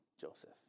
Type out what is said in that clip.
Joseph